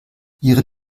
ihre